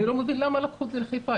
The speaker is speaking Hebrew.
אני לא מבין למה לקחו אותו לחיפה.